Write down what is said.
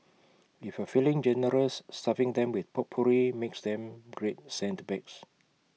if you're feeling generous stuffing them with potpourri makes them great scent bags